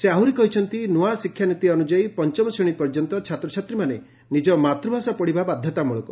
ସେ ଆହୁରି କହିଛନ୍ତି ନ୍ଆ ଶିକ୍ଷା ନୀତି ଅନୁଯାୟୀ ପଞ୍ଚମଶ୍ରେଣୀ ପର୍ଯ୍ୟନ୍ତ ଛାତ୍ରଛାତ୍ରୀମାନେ ନିଜ ମାତ୍ରଭାଷା ପଢିବା ବାଧତାମ୍ଳକ